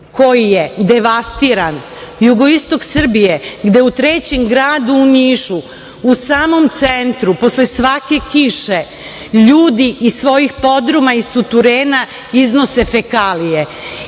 koji je devastiran, jugoistok Srbije gde u trećem gradu, u Nišu, u samu centru posle svake kiše ljudi iz svojih podruma, iz suterena iznose fekalije.